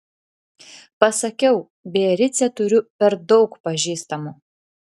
pasakiau biarice turiu per daug pažįstamų